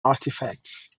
artifacts